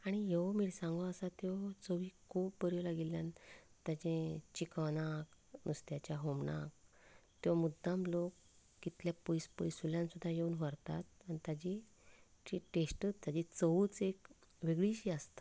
आनी ह्यो मिरसांगो आसा त्यो चविक खूब बऱ्यो लागिल्ल्यान ताजे चिकनाक नुस्त्यांच्या हूमणांक किंवा मुद्दम कितलें पयस पयसुल्ल्यान सुध्दां येवन व्हरतात आनी ताजी टेस्टूच ताजी चवूच एक वेगळीशीं आसता